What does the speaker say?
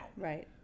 Right